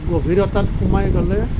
গভীৰতাত সোমাই গ'লে